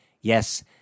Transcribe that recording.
Yes